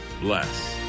bless